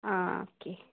ആ ഓക്കെ